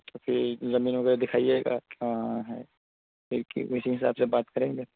تو پھر زمین وغیرہ دکھائیے گا کہاں ہے دیکھ کے اسی حساب سے بات کریں گے